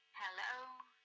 hello.